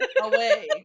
away